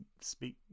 speak